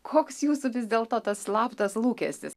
koks jūsų vis dėlto tas slaptas lūkestis